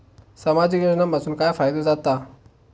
सामाजिक योजनांपासून काय फायदो जाता?